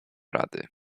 rady